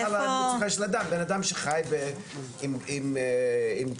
יש לא מעט מחקרים שנעשו על תרנגולות.